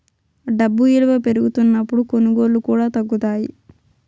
డబ్బు ఇలువ పెరుగుతున్నప్పుడు కొనుగోళ్ళు కూడా తగ్గుతాయి